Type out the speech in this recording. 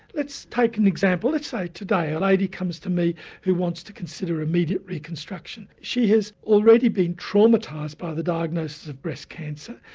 let's take an example, let's say today a lady comes to me who wants to consider immediate reconstruction. she has already been traumatised by the diagnosis of breast cancer,